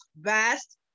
vast